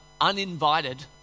uninvited